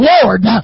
Lord